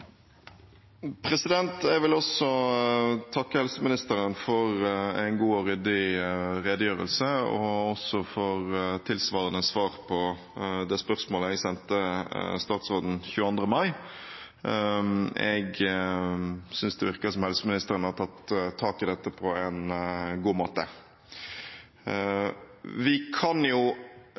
Jeg vil takke helseministeren for en god og ryddig redegjørelse og for tilsvarende svar på det spørsmålet jeg sendte statsråden 22. mai. Jeg synes det virker som helseministeren har tatt tak i dette på en god måte. Vi kan